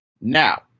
Now